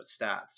stats